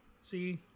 See